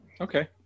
okay